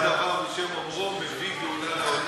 האומר דבר בשם אומרו מביא גאולה לעולם.